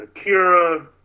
Akira